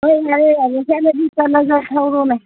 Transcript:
ꯍꯣꯏ ꯌꯥꯔꯦ ꯌꯥꯔꯦ ꯆꯠꯂꯖꯤ ꯆꯠꯂꯁꯦ ꯊꯧꯔꯣꯅꯦ